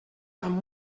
amb